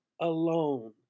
alone